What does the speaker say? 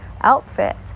outfit